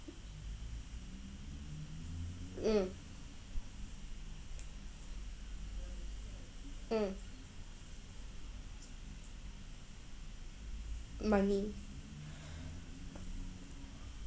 mm mm money